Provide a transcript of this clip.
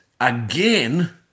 again